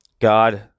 god